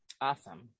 Awesome